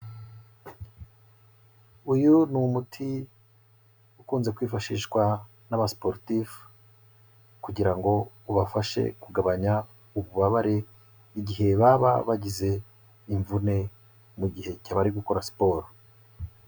Uyu ni umuti ukunze kwifashishwa n'abasiporutifu kugira ngo ubafashe kugabanya ububabare igihe baba bagize imvune mu gihe bari gukora siporo.